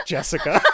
Jessica